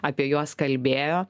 apie juos kalbėjo